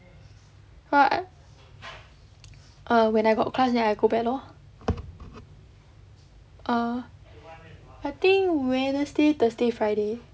but err when I got class then I go back lor err I think wednesday thursday friday